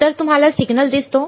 तर तुम्हाला सिग्नल दिसतो